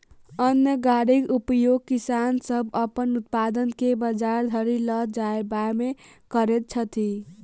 अन्न गाड़ीक उपयोग किसान सभ अपन उत्पाद के बजार धरि ल जायबामे करैत छथि